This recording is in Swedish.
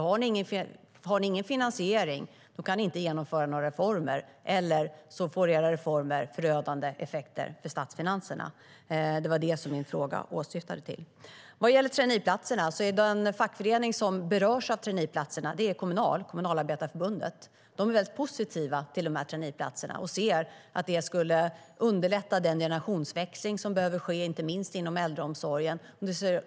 Har ni ingen finansiering kan ni ju inte genomföra några reformer, eller så får era reformer förödande effekter för statsfinanserna. Det var detta min fråga åsyftade. Vad gäller traineeplatserna är den fackförening som berörs av dessa Kommunalarbetareförbundet. De är väldigt positiva till traineeplatserna och ser att de skulle underlätta den generationsväxling som behöver ske inte minst inom äldreomsorgen.